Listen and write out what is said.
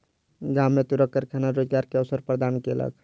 गाम में तूरक कारखाना रोजगार के अवसर प्रदान केलक